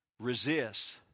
resist